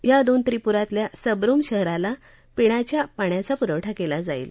या दोन त्रिपुरातल्या सबरुम शहराला पिण्याच्या पाण्याचा पुरवठा केला जाईल